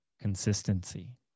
consistency